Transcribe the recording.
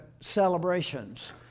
celebrations